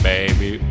Baby